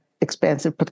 expansive